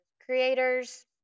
creators